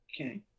okay